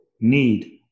need